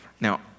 Now